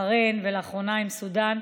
בחריין ולאחרונה עם סודאן,